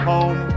Home